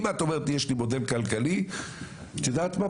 אם את אומרת לי יש לי מודל כלכלי, את יודעת מה?